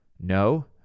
No